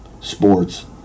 sports